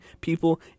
people